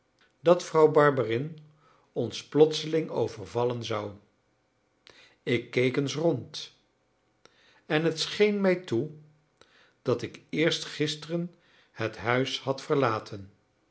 dat vrouw barberin ons plotseling overvallen zou ik keek eens rond en het scheen mij toe dat ik eerst gisteren het huis had verlaten